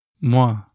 moi